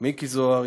מיקי זוהר,